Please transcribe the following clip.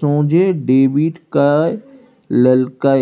सोझे डेबिट कए लेलकै